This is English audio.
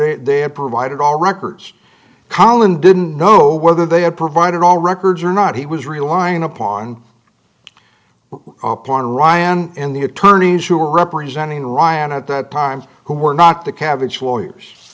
they had provided all records collin didn't know whether they had provided all records or not he was relying upon upon ryann and the attorneys who were representing ryan at that time who were not the cabbage lawyers